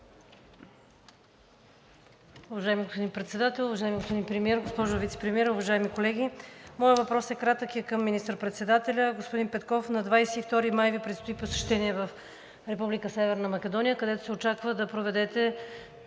Уважаеми господин Председател, уважаеми господин Премиер, госпожо Вицепремиер, уважаеми колеги! Моят въпрос е кратък и е към министър председателя. Господин Петков, на 22 май Ви предстои посещение в Република Северна Македония, където се очаква да проведете,